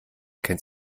kennt